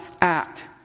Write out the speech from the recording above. act